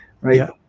right